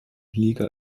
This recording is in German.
liga